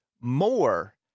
more